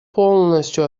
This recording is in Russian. полностью